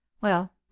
Well